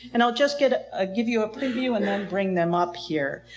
and i'll just give ah give you a preview and then bring them up here.